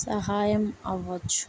సహాయం అవ్వచ్చు